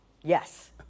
Yes